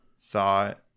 thought